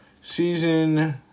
season